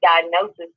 diagnosis